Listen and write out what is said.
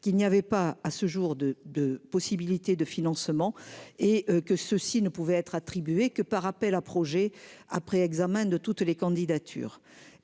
qu'il n'y avait pas à ce jour de de possibilités de financement et que ceux-ci ne pouvait être attribué que par appel à projets après examen de toutes les candidatures,